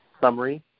summary